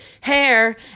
hair